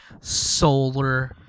solar